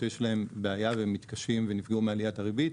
שיש להם בעיה והם מתקשים ונפגעו מעליית הריבית,